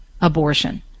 abortion